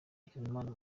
hakizimana